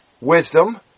Wisdom